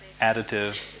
additive